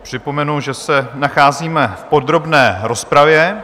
Připomenu, že se nacházíme v podrobné rozpravě.